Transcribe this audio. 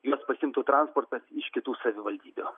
juos pasiimtų transportas iš kitų savivaldybių